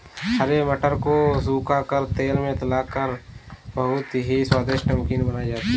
हरे मटर को सुखा कर तेल में तलकर बहुत ही स्वादिष्ट नमकीन बनाई जाती है